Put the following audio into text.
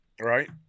right